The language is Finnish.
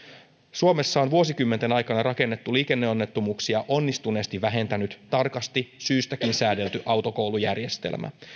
suomessa on vuosikymmenten aikana rakennettu liikenneonnettomuuksia onnistuneesti vähentänyt syystäkin tarkasti säädelty autokoulujärjestelmä